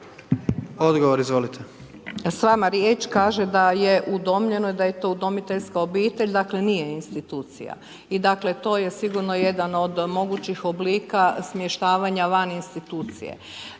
Nada (HDZ)** Sama riječ kaže da je udomljeno i da je to udomiteljska obitelj, dakle, nije institucija i dakle, to je sigurno jedan od mnogih oblika smještavanja van institucije.